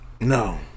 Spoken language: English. no